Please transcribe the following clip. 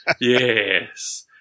Yes